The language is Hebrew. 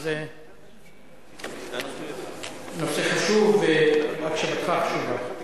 כי זה נושא חשוב והקשבתך חשובה.